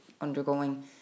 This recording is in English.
undergoing